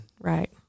Right